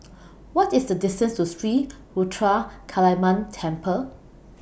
What IS The distance to Sri Ruthra Kaliamman Temple